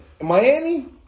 Miami